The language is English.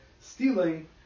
stealing